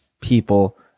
people